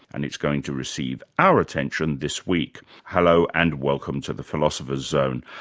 and it's going to receive our attention this week. hello, and welcome to the philosopher's zone.